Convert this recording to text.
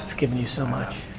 given you so much.